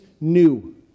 new